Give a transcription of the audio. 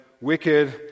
wicked